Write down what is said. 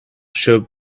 showed